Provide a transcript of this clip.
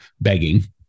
begging